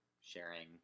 sharing